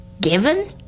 given